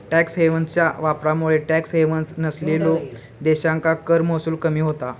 tax हेव्हन्सच्या वापरामुळे tax havens नसलेल्यो देशांका कर महसूल कमी होता